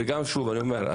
ושוב אני אומר,